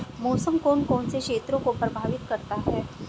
मौसम कौन कौन से क्षेत्रों को प्रभावित करता है?